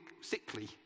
sickly